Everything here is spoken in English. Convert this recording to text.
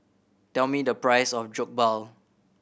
tell me the price of Jokbal